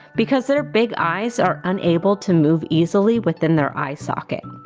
because their big eyes are unable to move easily within their eye socket.